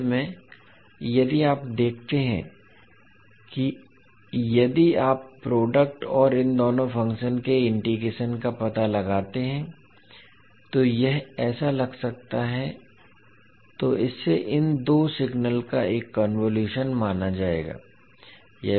अंत में यदि आप देखते हैं और यदि आप प्रोडक्ट और इन दोनों फंक्शन के इंटीग्रेशन का पता लगाते हैं तो यह ऐसा लग सकता है तो इसे इन दो सिग्नल का एक कन्वोलुशन माना जाएगा